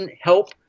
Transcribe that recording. help